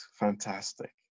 fantastic